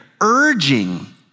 urging